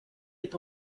est